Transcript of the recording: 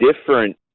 different